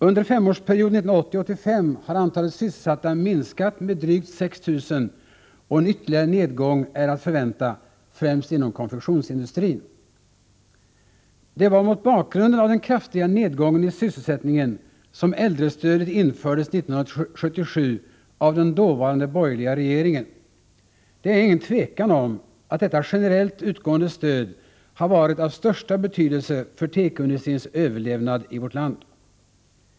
Under femårsperioden 1980-1985 har antalet sysselsatta minskat med drygt 6 000, och en ytterligare nedgång är att förvänta, främst inom konfektionsindustrin. Det var mot bakgrund av den kraftiga nedgången i sysselsättningen som äldrestödet infördes 1977 av den dåvarande borgerliga regeringen. Det är inget tvivel om att detta generellt utgående stöd har varit av största betydelse för tekoindustrins överlevnad i vårt land.